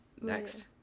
Next